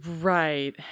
Right